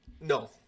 No